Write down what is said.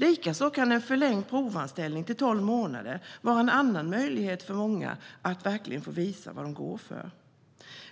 Likaså kan en förlängd provanställning, till tolv månader, vara en annan möjlighet för många att verkligen få visa vad de går för.